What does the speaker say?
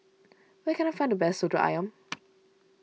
where can I find the best Soto Ayam